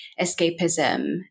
escapism